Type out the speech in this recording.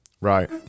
Right